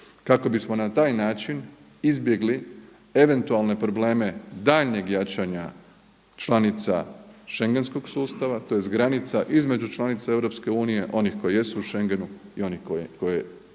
kako bismo na taj način izbjegli eventualne probleme daljnjeg jačanja članica schengenskog sustava, tj. granica između članica EU onih koji jesu u schengenu i onih koje još uvijek